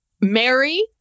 Mary